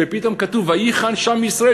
ופתאום כתוב "ויחן שם ישראל",